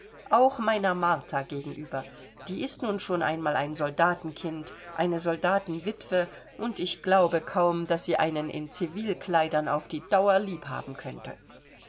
auch meiner martha gegenüber die ist nun schon einmal ein soldatenkind eine soldatenwitwe und ich glaube kaum daß sie einen in civilkleidern auf die dauer lieb haben könnte